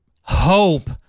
hope